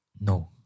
No